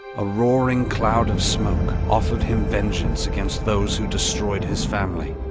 a roaring cloud of smoke offered him vengeance against those who destroyed his family.